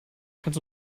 kannst